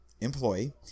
employee